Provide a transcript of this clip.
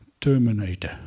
Terminator